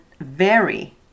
vary